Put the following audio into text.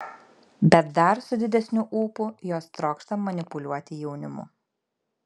bet dar su didesniu ūpu jos trokšta manipuliuoti jaunimu